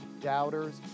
doubters